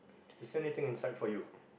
is there anything inside for you